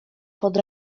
pod